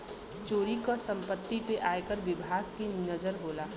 चोरी क सम्पति पे आयकर विभाग के नजर होला